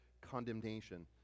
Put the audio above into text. condemnation